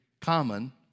common